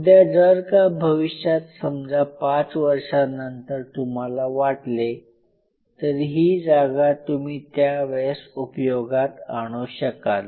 उद्या जर का भविष्यात समजा पाच वर्षानंतर तुम्हाला वाटले तर ही जागा तुम्ही त्यावेळेस उपयोगात आणू शकाल